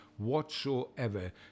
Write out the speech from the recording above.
whatsoever